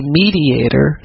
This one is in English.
mediator